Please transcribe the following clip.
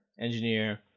engineer